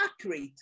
accurate